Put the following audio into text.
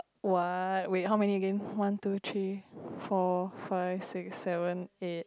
what wait how many game one two three four five six seven eight